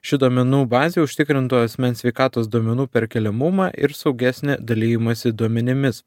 ši duomenų bazė užtikrintų asmens sveikatos duomenų perkeliamumą ir saugesnį dalijimąsi duomenimis